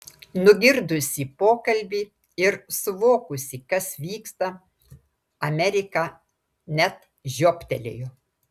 nugirdusi pokalbį ir suvokusi kas vyksta amerika net žiobtelėjo